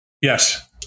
Yes